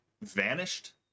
vanished